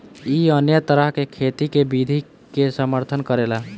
इ अन्य तरह के खेती के विधि के समर्थन करेला